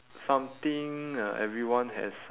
something uh everyone has